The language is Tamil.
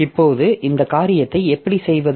இப்போது இந்த காரியத்தை எப்படி செய்வது